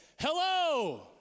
hello